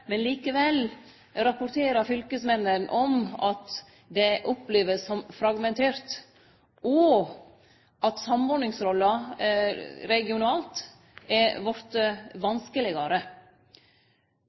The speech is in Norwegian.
men likevel rapporterer fylkesmennene om at det vert opplevd som fragmentert, og at samordningsrolla regionalt